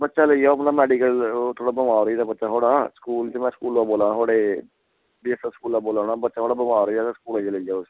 hello बच्चा लेई जाओ मैडिकल थोह्ड़ा बमार होई गेदा बच्चा थोआढ़ा स्कूल स्कूला दा बोल्ला ना थोआढ़े इसी स्कूला दा बोल्ला ना बच्चा थोआढ़ा बमार ऐ ते स्कूला दा आह्नियै लेई जाओ